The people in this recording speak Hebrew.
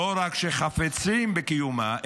לא רק שחפצים בקיומה,